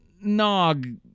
Nog